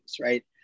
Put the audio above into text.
right